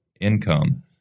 income